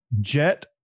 jet